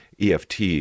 EFT